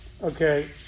Okay